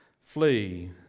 flee